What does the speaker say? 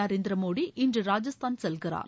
நரேந்திர மோடி இன்று ராஜஸ்தான் செல்கிறார்